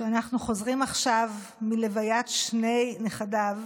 שאנחנו חוזרים עכשיו מלוויית שני נכדיו,